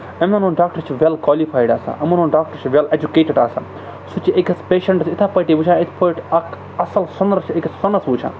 یِمَن ہُنٛد ڈاکٹر چھُ وٮ۪ل کالِفایڈ آسان یِمَن ہُنٛد ڈاکٹر چھُ وٮ۪ل ایٚجُکیٹِڈ آسان سُہ چھُ أکِس پیشَنٹَس یِتھہ پٲٹھی وٕچھان یِتھ پٲٹھۍ اَکھ اَصٕل سۄنَر چھِ أکِس سۄنَس وٕچھان